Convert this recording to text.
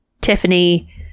Tiffany